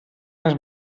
les